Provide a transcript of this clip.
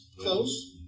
close